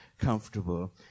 comfortable